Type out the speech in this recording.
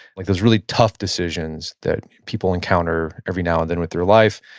like those really tough decisions that people encounter every now and then with their life,